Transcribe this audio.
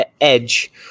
edge